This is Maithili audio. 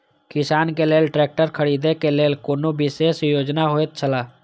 किसान के लेल ट्रैक्टर खरीदे के लेल कुनु विशेष योजना होयत छला?